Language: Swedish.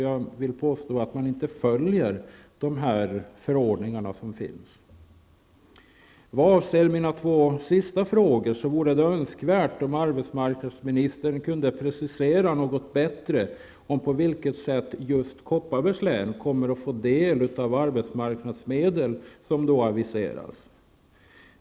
Jag vill påstå att man inte följer de förordningar som finns. Vad avser mina två sista frågor i interpellationen vore det önskvärt om arbetsmarknadsministern något bättre kunde precisera på vilket sätt just Kopparbergs län kommer att få del av arbetsmarknadsmedel som aviseras.